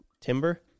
timber